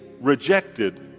rejected